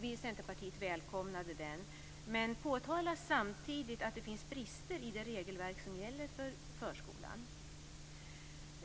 Vi i Centerpartiet välkomnade den, men vi påtalade samtidigt att det finns brister i det regelverk som gäller för förskolan.